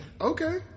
Okay